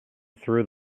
through